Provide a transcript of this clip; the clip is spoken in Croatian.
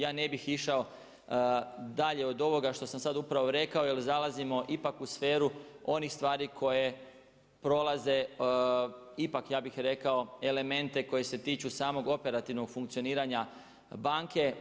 Ja ne bih išao dalje od ovoga što sam sad upravo rekao, jer zalazimo ipak u sferu onih stvari koje prolaze ipak ja bih rekao elemente koji se tiču samog operativnog funkcioniranja banke.